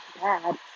bad